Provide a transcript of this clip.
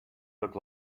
look